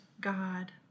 God